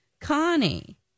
connie